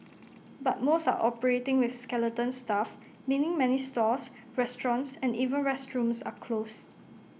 but most are operating with skeleton staff meaning many stores restaurants and even restrooms are closed